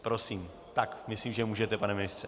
Prosím, myslím, že můžete, pane ministře.